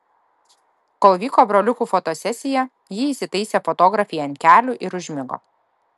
kol vyko broliukų fotosesija ji įsitaisė fotografei ant kelių ir užmigo